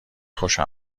خوشم